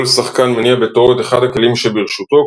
כל שחקן מניע בתורו את אחד הכלים שברשותו,